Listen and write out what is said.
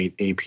AP